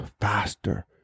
faster